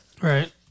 right